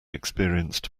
experienced